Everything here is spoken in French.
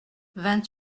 vingt